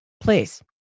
please